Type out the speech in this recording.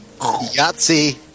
Yahtzee